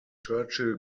churchill